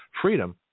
Freedom